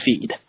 feed